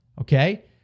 okay